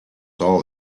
all